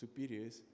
superiors